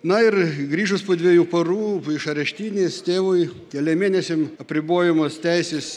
na ir grįžus po dviejų parų iš areštinės tėvui keliem mėnesiam apribojamos teisės